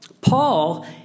Paul